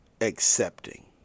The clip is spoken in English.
accepting